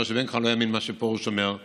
שבין כה הוא לא יאמין למה שפרוש אומר,